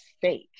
fake